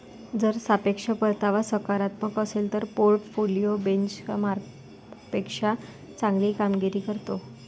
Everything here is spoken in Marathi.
जर सापेक्ष परतावा सकारात्मक असेल तर पोर्टफोलिओ बेंचमार्कपेक्षा चांगली कामगिरी करतो